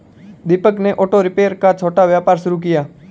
दीपक ने auto repair का छोटा व्यापार शुरू किया